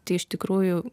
tai iš tikrųjų